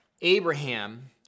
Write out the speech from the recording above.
Abraham